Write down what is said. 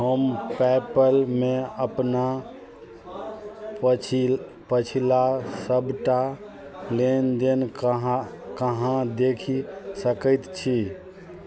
हम पेपलमे अपना पछि पछिला सबटा लेनदेन कहाँ कहाँ देखि सकै छी